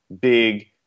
big